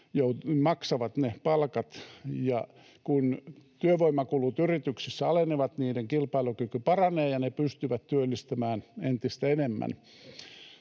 maksavat ne palkat, ja kun työvoimakulut yrityksissä alenevat, niiden kilpailukyky paranee ja ne pystyvät työllistämään entistä enemmän.